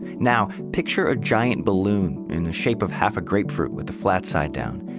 now, picture a giant balloon in the shape of half a grapefruit with the flat side down.